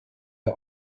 der